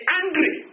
angry